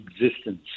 existence